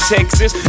Texas